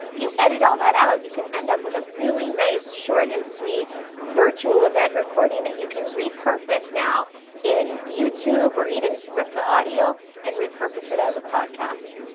if you edit all that out you can end up with a really nice short and sweet virtual event recording that you can repurpose now in youtube or even rip the audio and repurpose it as a podcast.